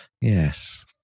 Yes